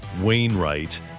Wainwright